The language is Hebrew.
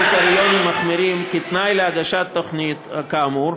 יודגש כי החוק המוצע קובע קריטריונים מחמירים כתנאי להגשת תוכנית כאמור,